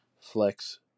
Flex